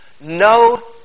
No